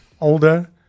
older